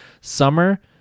Summer